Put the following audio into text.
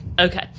Okay